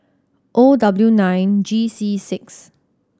O W nine G C six